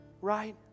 right